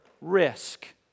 risk